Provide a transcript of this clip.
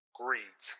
greed